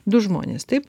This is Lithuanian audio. du žmonės taip